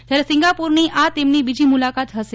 જયારે સિંગાપોરની આ તેમની બીજી મુલાકાત હશે